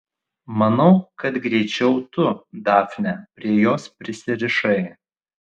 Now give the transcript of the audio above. manau kad greičiau tu dafne prie jos prisirišai